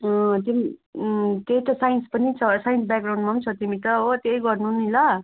अँ तिमी त्यही त साइन्स पनि साइन्स ब्याकग्राउन्डमा पनि छ तिमी त हो त्यही गर्नु नि ल